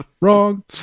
wrong